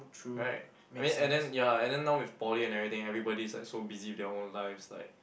right I mean and then ya lah and then now with poly and everything everybody is like so busy with their own lives like